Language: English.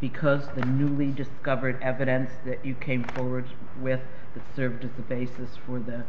because the newly discovered evidence that you came forward with the served as the basis for the